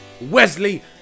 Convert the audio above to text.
wesley